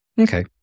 Okay